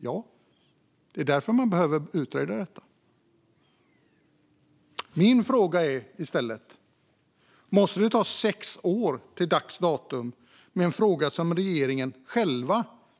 Ja - det är därför man behöver utreda detta. Min fråga är: Måste det i en fråga som regeringen själv